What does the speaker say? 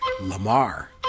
Lamar